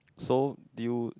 so do you